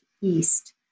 East